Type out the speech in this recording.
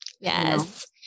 Yes